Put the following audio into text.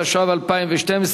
התשע"ב 2012,